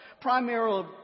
primarily